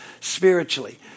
spiritually